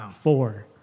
four